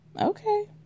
Okay